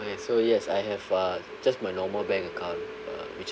okay so yes I have uh just my normal bank account uh which